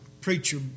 preacher